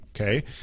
okay